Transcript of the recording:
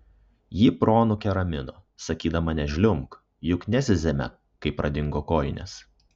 ji proanūkę ramino sakydama nežliumbk juk nezyzėme kai pradingo kojinės